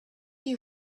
you